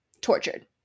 tortured